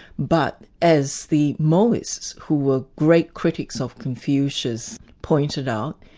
but as the mohists, who were great critics of confucius pointed out,